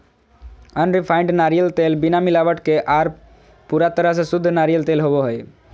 unrefined नारियल तेल बिना मिलावट के आर पूरा तरह से शुद्ध नारियल तेल होवो हय